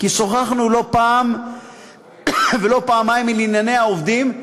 כי שוחחנו לא פעם ולא פעמיים על ענייני העובדים,